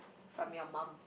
from your mum